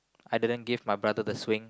I didn't give my brother the swing